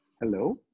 Hello